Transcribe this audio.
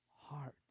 hearts